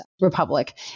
Republic